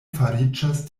fariĝas